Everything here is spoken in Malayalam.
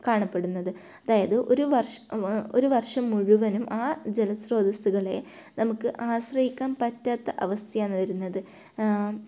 കാണപ്പെടുന്നത് അതായത് ഒരു വർഷം ഒരു വർഷം മുഴുവനും ആ ജലസ്രോതസ്സുകളെ നമുക്ക് ആശ്രയിക്കാൻ പറ്റാത്ത അവസ്ഥയാണ് വരുന്നത്